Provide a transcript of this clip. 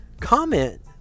Comment